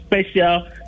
special